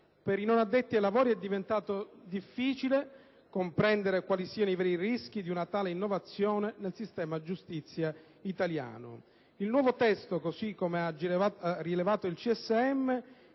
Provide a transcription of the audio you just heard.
Per i non addetti ai lavori è diventato difficile comprendere quali siano i veri rischi di una tale innovazione nel sistema di giustizia italiano. Il nuovo testo, come ha già rilevato il CSM,